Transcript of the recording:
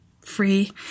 free